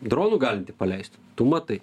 dronų galinti paleisti tu matai